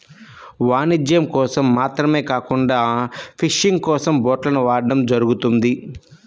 వాణిజ్యం కోసం మాత్రమే కాకుండా ఫిషింగ్ కోసం బోట్లను వాడటం జరుగుతుంది